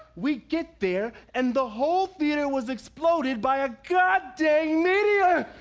we get there and the whole theater was exploded by a god dang meteor!